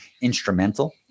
instrumental